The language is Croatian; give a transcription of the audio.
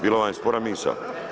Bila vam je spora misao.